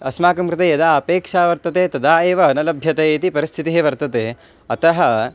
अस्माकं कृते यदा अपेक्षा वर्तते तदा एव न लभ्यते इति परिस्थितिः वर्तते अतः